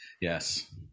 Yes